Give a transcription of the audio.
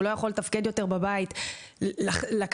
לא יכול לתפקד יותר בבית זה ממש גזל.